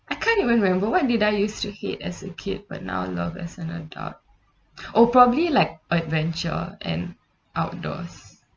I can't even remember what did I used to hate as a kid but now love as an adult oh probably like adventure and outdoors